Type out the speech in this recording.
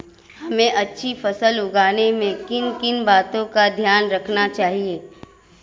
हमें अच्छी फसल उगाने में किन किन बातों का ध्यान रखना चाहिए?